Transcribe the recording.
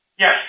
Yes